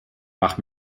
mach